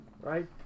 right